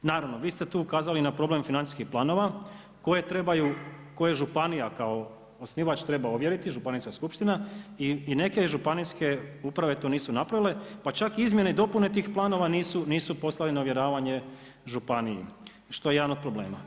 Naravno, vi ste tu ukazali i na problem financijskih planova koje treba županija kao osnivač ovjeriti, županijska skupština i neke županijske uprave to nisu napravile, pa čak i izmjene i dopune tih planova nisu poslale na ovjeravanje županiji što je jedan od problema.